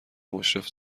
مشرف